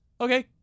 okay